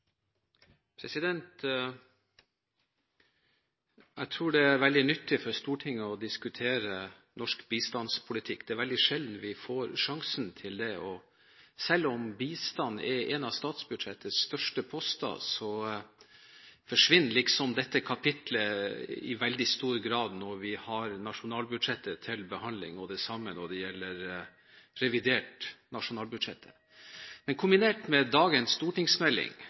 veldig nyttig for Stortinget å diskutere norsk bistandspolitikk, det er veldig sjelden vi får sjansen til det. Selv om bistand er en av statsbudsjettets største poster, forsvinner dette kapitlet i veldig stor grad når vi har nasjonalbudsjettet til behandling, og det samme når det gjelder revidert nasjonalbudsjett. Kombinert med dagens stortingsmelding